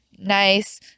nice